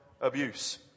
abuse